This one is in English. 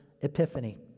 epiphany